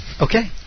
Okay